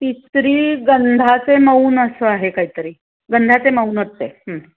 तिसरी गंधाचे मौन असं आहे काहीतरी गंधाचे मौनच आहे